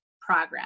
progress